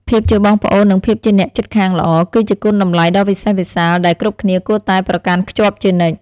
ភាពជាបងប្អូននិងភាពជាអ្នកជិតខាងល្អ គឺជាគុណតម្លៃដ៏វិសេសវិសាលដែលគ្រប់គ្នាគួរតែប្រកាន់ខ្ជាប់ជានិច្ច។